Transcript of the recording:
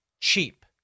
cheap